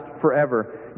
forever